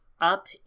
up